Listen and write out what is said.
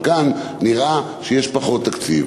וכאן נראה שיש פחות תקציב.